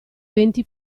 venti